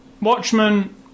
Watchmen